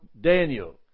Daniel